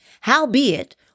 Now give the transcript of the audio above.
Howbeit